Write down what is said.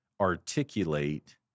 articulate